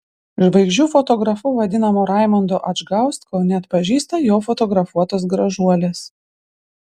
žvaigždžių fotografu vadinamo raimundo adžgausko neatpažįsta jo fotografuotos gražuolės